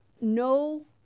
no